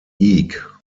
eek